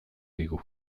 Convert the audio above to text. digu